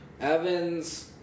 Evans